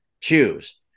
choose